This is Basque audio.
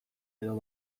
edo